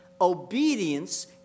Obedience